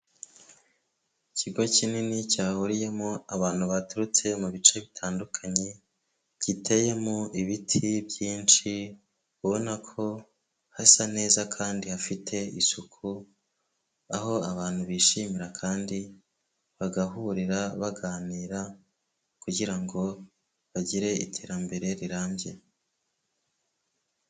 ikigo kinini cyahuriyemo abantu baturutse mu bice bitandukanye giteyemo ibiti byinshi ubona ko hasa neza kandi hafite isuku aho abantu bishimira kandi bagahurira baganira kugira ngo bagire iterambere rirambye.